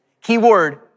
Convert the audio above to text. Keyword